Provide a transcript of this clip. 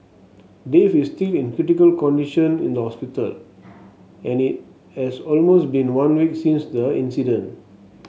Dave is still in critical condition in the hospital and it has almost been one week since the incident